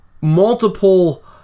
multiple